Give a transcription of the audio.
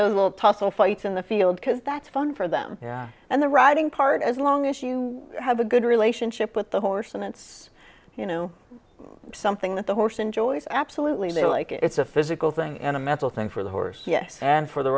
those little tussle fights in the field because that's fun for them and the riding part as long as you have a good relationship with the horse and it's you know something that the horse enjoys absolutely like it's a physical thing and a mental thing for the horse yes and for the